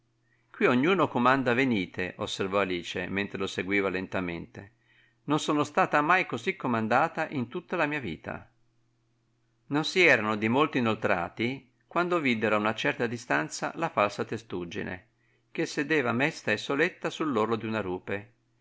quì ognuno comanda venite osservò alice mentre lo seguiva lentamente non sono stata mai così comandata in tutta la mia vita non si erano di molto inoltrati quando videro a una certa distanza la falsa testuggine che sedeva mesta e soletta sull'orlo d'una rupe